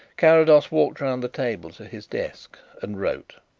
carrados walked round the table to his desk and wrote.